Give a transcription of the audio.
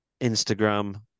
instagram